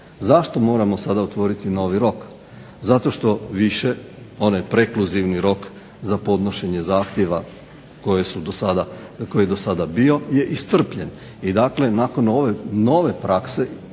Zašto moramo sada otvoriti novi rok, zato što više onaj prekluzivni rok za podnošenje zahtjeva koji je do sada bio je iscrpljen i nakon ove nove prakse